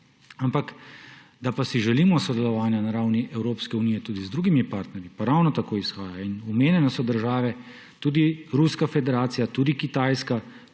vrednote. Da si želimo sodelovanja na ravni EU tudi z drugimi partnerji, pa ravno tako izhaja. Omenjene so države, tudi Ruska federacija, tudi Kitajska,